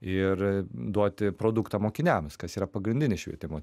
ir duoti produktą mokiniams kas yra pagrindinis švietimo